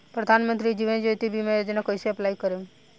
प्रधानमंत्री जीवन ज्योति बीमा योजना कैसे अप्लाई करेम?